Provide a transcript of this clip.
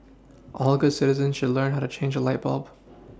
all good citizens should learn how to change a light bulb